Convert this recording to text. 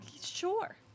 Sure